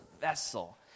vessel